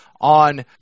on